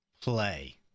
play